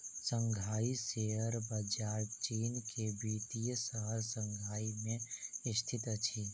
Shanghai share बजार चीन के वित्तीय शहर शंघाई में स्थित अछि